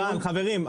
אני